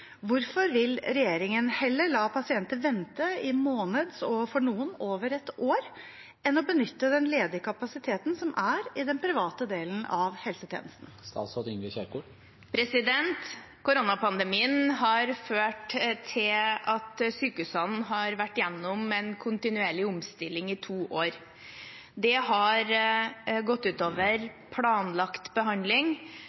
Hvorfor vil regjeringen la pasienter vente i måneder og, for noen, over et år heller enn å benytte den ledige kapasiteten som er i den private delen av helsetjenesten? Koronapandemien har ført til at sykehusene har vært gjennom en kontinuerlig omstilling i to år. Det har gått ut